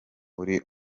uri